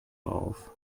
drauf